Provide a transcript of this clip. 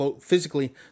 physically